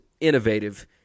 innovative